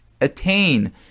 attain